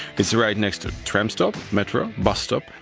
it's right next to tram stop, metro, bust stop,